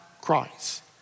Christ